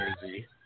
jersey